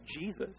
Jesus